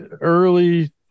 early